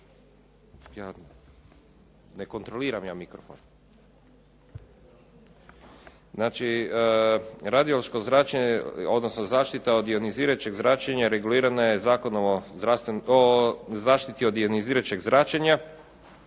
U Republici Hrvatskoj područje radiološke zaštite, dakle zaštite od ionizirajućeg zračenja regulirana je Zakonom o zaštiti od ionizirajućeg zračenja